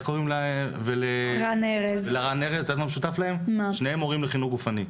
יפה וגם רן ארז הם מורים לחינוך גופני.